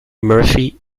murphy